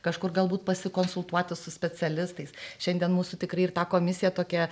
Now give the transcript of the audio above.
kažkur galbūt pasikonsultuoti su specialistais šiandien mūsų tikrai ir ta komisija tokia